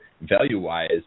Value-wise